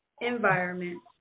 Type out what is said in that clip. environment